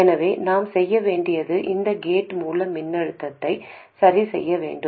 எனவே நாம் செய்ய வேண்டியது இந்த கேட் மூல மின்னழுத்தத்தை சரிசெய்ய வேண்டும்